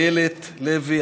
איילת לוי,